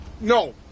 No